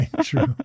True